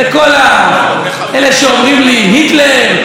לכל אלה שאומרים לי: היטלר,